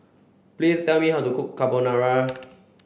please tell me how to cook Carbonara